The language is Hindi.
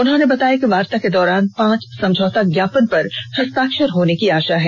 उन्होंने बताया कि वार्ता के दौरान पांच समझौता ज्ञापन पर हस्ताक्षर होने की आशा है